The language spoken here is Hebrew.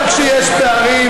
גם כשיש פערים,